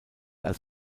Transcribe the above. als